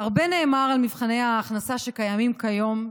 הרבה נאמר על מבחני ההכנסה שקיימים כיום,